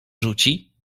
rzuci